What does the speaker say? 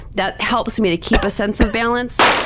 that helps me to keep a sense of balance.